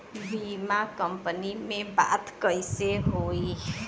बीमा कंपनी में बात कइसे होई?